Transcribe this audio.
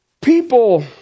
People